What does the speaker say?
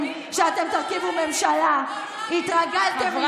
רק התחלנו.